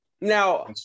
now